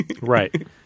Right